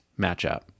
matchup